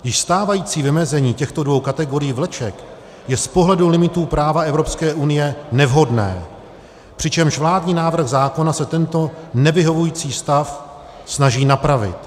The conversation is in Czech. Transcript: Již stávající vymezení těchto dvou kategorií vleček je z pohledu limitů práva Evropské unie nevhodné, přičemž vládní návrh zákona se tento nevyhovující stav snaží napravit.